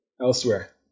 elsewhere